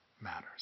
matters